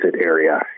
area